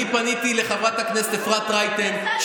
אני פניתי לחברת הכנסת אפרת רייטן,